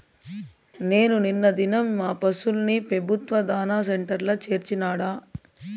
నేను నిన్న దినం మా పశుల్ని పెబుత్వ దాణా సెంటర్ల చేర్చినాడ